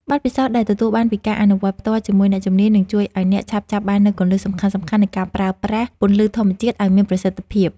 បទពិសោធន៍ដែលទទួលបានពីការអនុវត្តផ្ទាល់ជាមួយអ្នកជំនាញនឹងជួយឱ្យអ្នកឆាប់ចាប់បាននូវគន្លឹះសំខាន់ៗនៃការប្រើប្រាស់ពន្លឺធម្មជាតិឱ្យមានប្រសិទ្ធភាព។